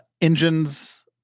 Engines